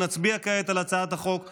נצביע כעת על הצעת החוק השנייה,